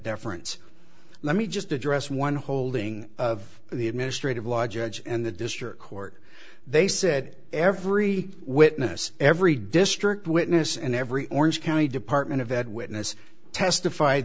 deference let me just address one holding of the administrative law judge and the district court they said every witness every district witness in every orange county department of ed witness testif